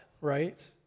right